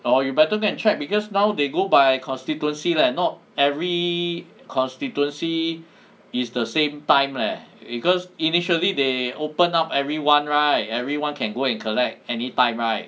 orh you better go and check because now they go by constituency leh not every constituency is the same time leh because initially they open up everyone right everyone can go and collect any time right